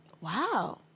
Wow